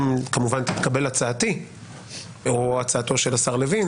אם כמובן תתקבל הצעתי או הצעתו של השר לוין